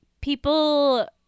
people